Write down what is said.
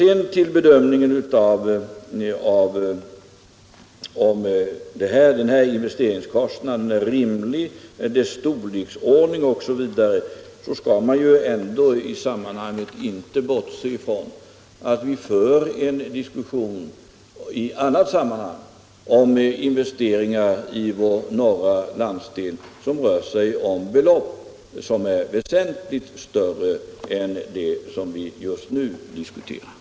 Vid bedömningen om denna investeringskostnad är rimlig, dess storleksordning osv. får man ändå inte bortse från att vi för en diskussion i annat sammanhang om mycket större investeringar i vår norra landsdel.